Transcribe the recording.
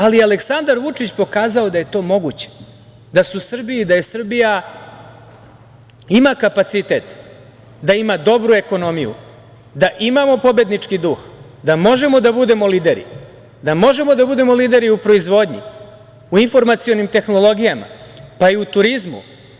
Aleksandar Vučić je pokazao da je to moguće, da Srbija ima kapacitet, da ima dobru ekonomiju, da imamo pobednički duh, da možemo da budemo lider, da možemo da budemo lideri u proizvodnji, u informacionim tehnologijama, pa i u turizmu.